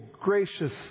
gracious